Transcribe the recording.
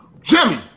Jimmy